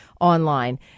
online